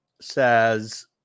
says